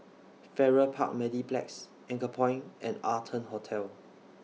Farrer Park Mediplex Anchorpoint and Arton Hotel